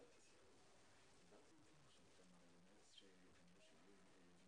מה שביקשתי זה מיליון שקל עד סוף השנה